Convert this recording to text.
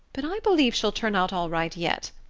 but i believe she'll turn out all right yet.